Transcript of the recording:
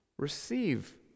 Receive